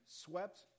swept